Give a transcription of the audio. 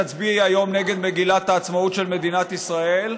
האם תצביעי היום נגד מגילת העצמאות של מדינת ישראל?